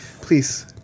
please